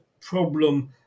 problem